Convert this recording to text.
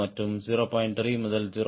3 முதல் 0